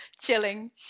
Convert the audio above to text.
chilling